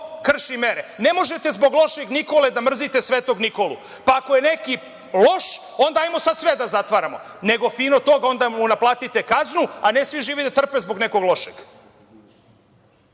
krši mere. Ne možete zbog lošeg Nikole da mrzite Svetog Nikolu, pa ako je neki loš onda hajmo sad sve da zatvaramo. Nego fino, onda mu naplatite kaznu, a ne svi živi da trpe zbog nekog